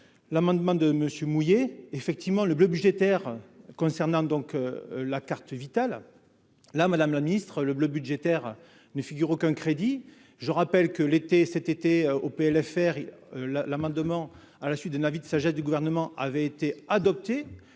l'amendement de Monsieur mouillé effectivement le bleu budgétaire concernant donc la carte vitale, la Madame le Ministre, le bleu budgétaire ne figure aucun crédit, je rappelle que l'été cet été au PLFR là l'amendement à la suite d'un avis de sagesse du Gouvernement avait été adopté,